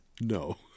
No